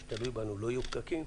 מה שתלוי בנו לא יהיו פקקים.